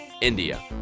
India